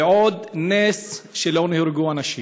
ועוד נס שלא נהרגו אנשים.